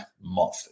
month